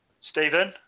Stephen